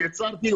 נעצרתי,